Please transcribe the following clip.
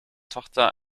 tochter